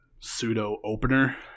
pseudo-opener